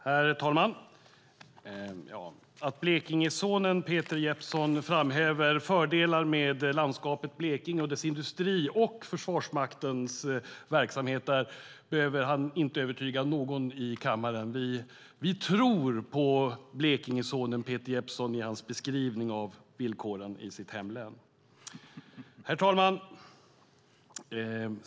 Herr talman! Blekingesonen Peter Jeppsson framhäver fördelarna med landskapet Blekinge, dess industri och Försvarsmaktens verksamhet där. Han behöver inte övertyga någon i kammaren om detta; vi tror på blekingesonen Peter Jeppssons beskrivning av villkoren i sitt hemlän. Herr talman!